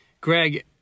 Greg